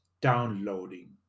downloading